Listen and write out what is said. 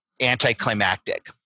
anticlimactic